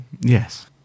Yes